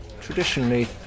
traditionally